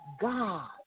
God